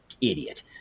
idiot